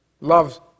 loves